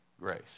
grace